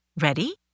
Ready